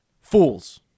Fools